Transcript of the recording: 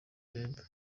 bieber